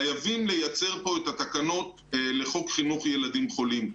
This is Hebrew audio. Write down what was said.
חייבים לייצר פה את התקנות לחוק חינוך ילדים חולים.